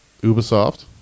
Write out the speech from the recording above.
Ubisoft